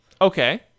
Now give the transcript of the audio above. Okay